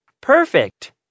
Perfect